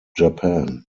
japan